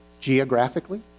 Geographically